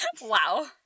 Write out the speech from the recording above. Wow